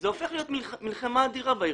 אבל בלוד זה הופך למלחמה אדירה.